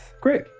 great